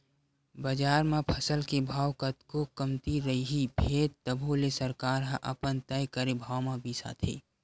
बजार म फसल के भाव कतको कमती रइही फेर तभो ले सरकार ह अपन तय करे भाव म बिसाथे